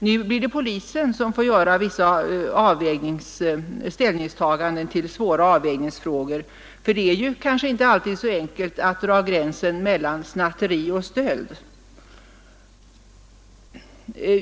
Nu blir det polisen som får göra vissa ställningstaganden till svåra avvägningsfrågor, för det är kanske inte alltid så enkelt att dra gränsen mellan snatteri och stöld.